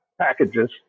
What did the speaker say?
packages